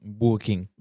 booking